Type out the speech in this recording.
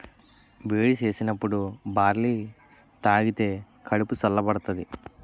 వేడి సేసినప్పుడు బార్లీ తాగిదే కడుపు సల్ల బడతాది